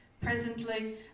presently